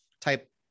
type